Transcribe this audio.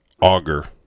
auger